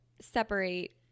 separate